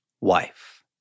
wife